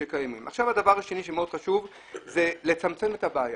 דבר שני חשוב מאוד הוא לצמצם את הבעיה.